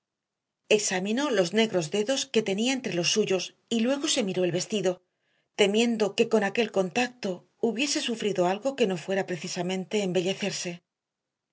examinó los negros dedos que tenía entre los suyos y luego se miró el vestido temiendo que con aquel contacto hubiese sufrido algo que no fuera precisamente embellecerse